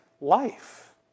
life